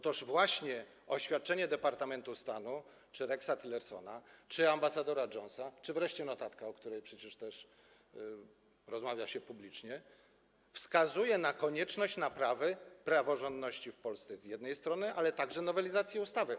Toż właśnie oświadczenie Departamentu Stanu czy Reksa Tillersona, czy ambasadora Jonesa, czy wreszcie notatka, o której przecież też rozmawia się publicznie, wskazują na konieczność naprawy praworządności w Polsce z jednej strony, ale także nowelizacji ustawy.